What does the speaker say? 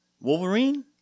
Wolverine